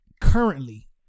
currently